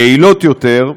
יעילות יותר,